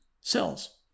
cells